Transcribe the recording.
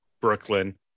Brooklyn